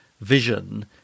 vision